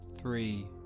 three